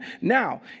Now